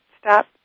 stop